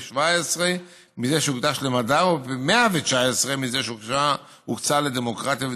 17 מזה שהוקדש למדע ופי 119 מזה שהוקצה לדמוקרטיה ודו-קיום.